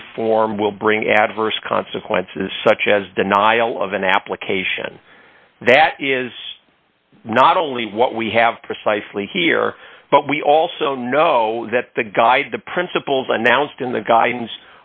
conform will bring adverse consequences such as denial of an application that is not only what we have precisely here but we also know that the guide the principles announced in the gu